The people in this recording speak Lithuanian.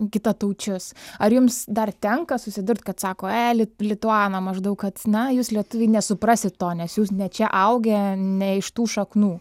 kitataučius ar jums dar tenka susidurti kad sako e li lituana maždaug kad na jūs lietuviai nesuprasit to nes jūs ne čia augę ne iš tų šaknų